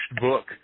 book